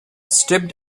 stripped